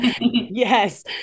Yes